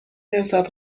رسد